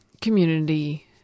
community